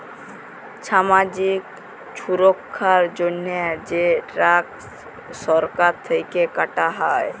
ছামাজিক ছুরক্ষার জন্হে যে ট্যাক্স সরকার থেক্যে কাটা হ্যয়